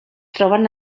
troben